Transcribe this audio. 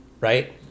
right